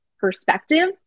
perspective